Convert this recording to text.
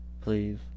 please